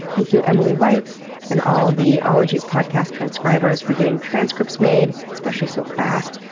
thank you, emily white and all the ologies podcast transcribers for getting transcripts made, especially so fast.